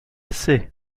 sées